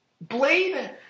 Blade